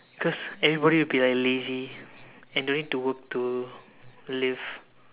cause everybody will be like lazy and don't need to work too to live